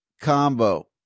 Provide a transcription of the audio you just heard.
combo